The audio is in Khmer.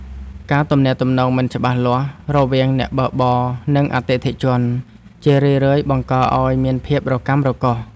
ការទំនាក់ទំនងមិនច្បាស់លាស់រវាងអ្នកបើកបរ និងអតិថិជន ជារឿយៗបង្កឱ្យមានភាពរកាំរកូស។